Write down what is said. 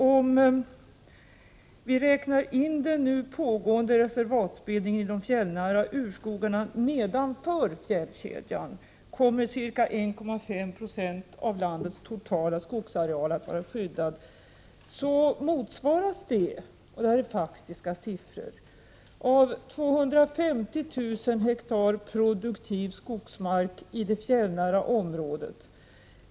Om vi räknar in den nu pågående reservatsbildningen i de fjällnära urskogarna nedanför fjällkedjan kommer ca 1,5 90 av landets totala skogsareal att vara skyddad. Det motsvaras — detta är faktiska siffror — av 250 000 ha produktiv skogsmark i det fjällnära området.